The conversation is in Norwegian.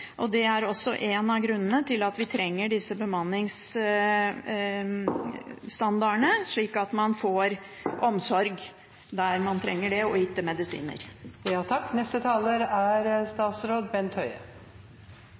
Det er en av grunnene til at vi trenger disse bemanningsstandardene, slik at man får den omsorgen man trenger, og